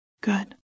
Good